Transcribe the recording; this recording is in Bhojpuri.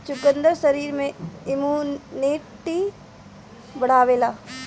चुकंदर शरीर में इमुनिटी बढ़ावेला